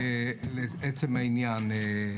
לעצם העניין,